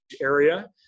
area